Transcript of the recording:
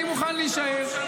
אני מוכן להישאר --- מה שנקרא,